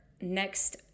next